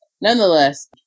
Nonetheless